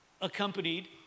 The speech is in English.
accompanied